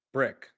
Brick